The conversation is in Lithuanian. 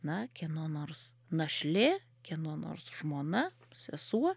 na kieno nors našlė kieno nors žmona sesuo